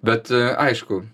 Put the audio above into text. bet aišku